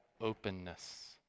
openness